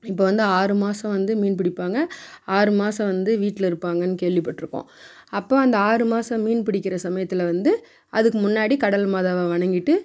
இப்போ வந்து ஆறு மாதம் வந்து மீன் பிடிப்பாங்க ஆறு மாதம் வந்து வீட்டில் இருப்பாங்கன்னு கேள்விப்பட்டிருப்போம் அப்போது அந்த ஆறு மாதம் மீன் பிடிக்கிற சமயத்தில் வந்து அதுக்கு முன்னாடி கடல் மாதாவை வணங்கிவிட்டு